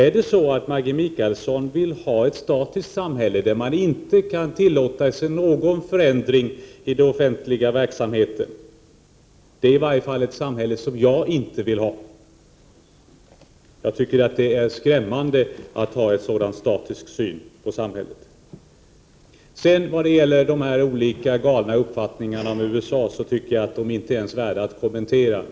Är det så att Maggi Mikaelsson vill ha ett statiskt samhälle, där man inte kan tillåta sig någon förändring i den offentliga verksamheten? Det är i varje fall ett samhälle som jag inte vill ha. Jag tycker att det är skrämmande att ha en sådan statisk syn på samhället. När det sedan gäller de här olika galna uppfattningarna om USA så tycker jag att de inte ens är värda att kommentera.